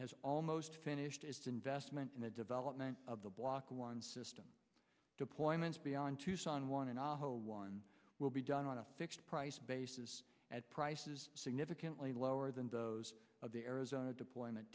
has almost finished is to investment in the development of the block one system deployments beyond tucson one in a whole one will be done on a fixed price basis at prices significantly lower than those of the arizona deployment